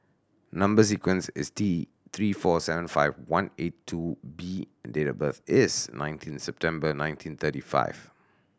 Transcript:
number sequence is T Three four seven five one eight two B and date of birth is nineteen September nineteen thirty five